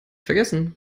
vergessen